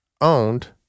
owned